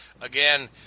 again